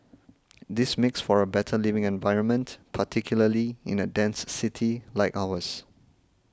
this makes for a better living environment particularly in a dense city like ours